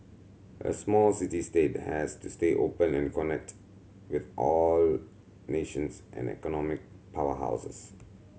a small city state has to stay open and connect with all nations and economic powerhouses